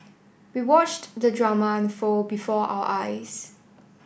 we watched the drama unfold before our eyes